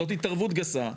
זאת התערבות גסה.